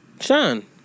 Sean